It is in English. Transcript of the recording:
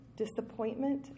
Disappointment